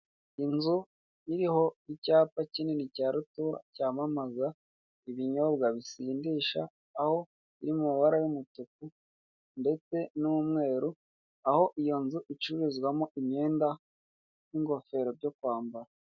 Inzu iriho icyapa kinini, cya rutura, cyamamaza ibinyobwa bisindisha, aho kiri mu mabara y'umutuku ndetse n'umweru, aho iyo nzu icururizwamo imyenda n'ingofero, byo kwambara.